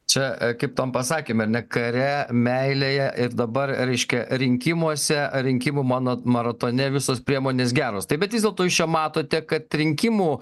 čia e kaip tom pasakėm ar ne kare meilėje ir dabar reiškia rinkimuose ar rinkimų mano maratone visos priemonės geros tai bet vis dėlto jūs čia matote kad rinkimų